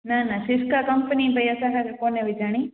न न फिस्का कंपनी भई असांखे को विझाइणी